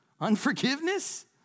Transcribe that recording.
Unforgiveness